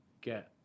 get